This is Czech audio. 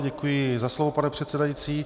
Děkuji za slovo, pane předsedající.